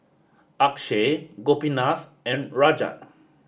Akshay Gopinath and Rajat